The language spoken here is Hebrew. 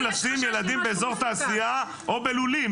לשים ילדים באיזור תעשייה או בלולים?